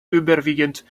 überwiegend